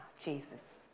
Jesus